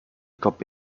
coppa